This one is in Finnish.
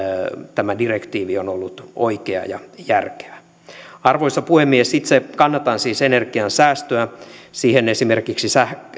tämä direktiivi on ollut oikea ja järkevä arvoisa puhemies itse kannatan siis energiansäästöä siihen esimerkiksi